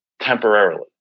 temporarily